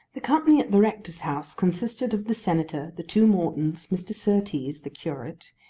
the company at the rector's house consisted of the senator, the two mortons, mr. surtees the curate,